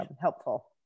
helpful